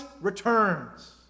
returns